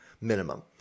minimum